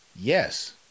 yes